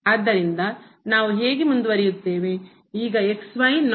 ಆದ್ದರಿಂದ ನಾವು ಹೇಗೆ ಮುಂದುವರಿಯುತ್ತೇವೆ